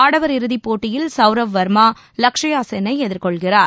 ஆடவர் இறுதிப்போட்டியில் சவ்ரவ் வர்மா லக்ஷ்யா சென் னை எதிர்கொள்கிறார்